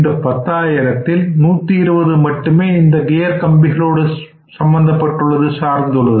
இந்த பத்தாயிரத்தில் 120 மட்டுமே இந்த கியர் கம்பிகளோடு சார்ந்தது